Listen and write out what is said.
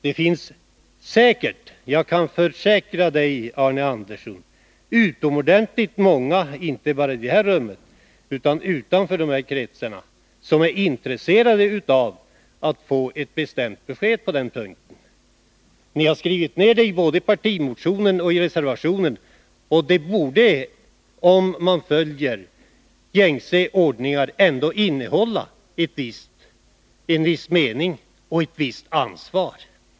Jag kan försäkra Arne Andersson att det finns utomordentligt många, inte bara i detta rum utan även utanför denna krets, som är intresserade av att få ett bestämt besked på denna punkt. Ni skriver så här både i partimotionen och i reservation 2. Om man följer gängse ordning, borde det ändå ha en viss mening och medföra ett visst ansvar.